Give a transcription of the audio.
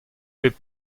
bet